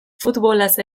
futbolaz